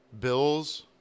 bills